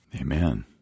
Amen